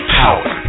power